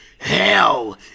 Hell